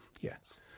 Yes